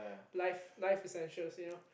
life life is essential you know